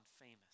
famous